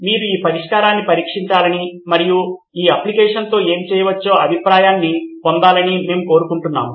మీరు ఈ పరిష్కారాన్ని పరీక్షించాలని మరియు ఈ అప్లికషన్ తో ఏమి చేయవచ్చో అభిప్రాయాన్ని పొందాలని మేము కోరుకుంటున్నాము